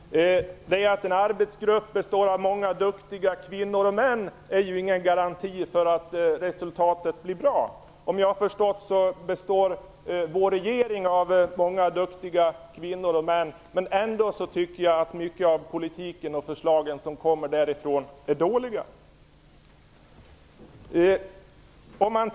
Herr talman! Det faktum att en arbetsgrupp består av många duktiga kvinnor och män är ingen garanti för att resultatet blir bra. Såvitt jag förstår består vår regering av många duktiga kvinnor och män. Ändå tycker jag att mycket av politiken och förslagen därifrån är dåliga.